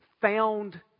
Found